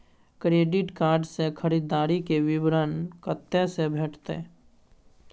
Credit card से खरीददारी के विवरण कत्ते से भेटतै?